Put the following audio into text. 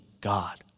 God